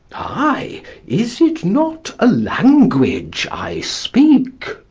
ay is it not a language i speak?